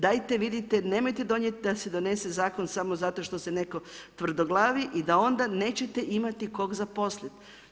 Dajte vidite, nemojte donijeti da se donese zakon, samo zato što se netko tvrdoglavi i da onda nećete imati koga zaposliti.